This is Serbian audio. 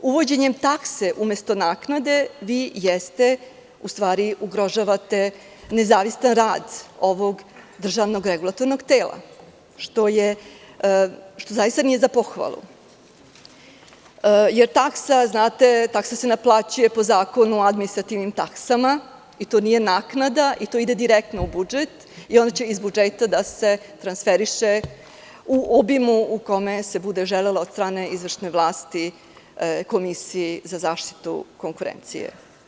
Uvođenjem takse umesto naknade vi u stvari ugrožavate nezavisan rad ovog državnog regulatornog tela, što zaista nije za pohvalu, jer taksa se naplaćuje po Zakonu o administrativnim taksama i to nije naknada, to ide direktno u budžet, a iz budžete se transferiše, u obimu u kome se bude želelo, od strane izvršne vlasti Komisiji za zaštitu konkurencije.